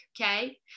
okay